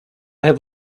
have